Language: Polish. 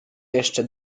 jeszcze